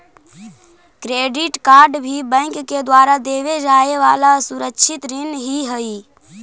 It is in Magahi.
क्रेडिट कार्ड भी बैंक के द्वारा देवे जाए वाला असुरक्षित ऋण ही हइ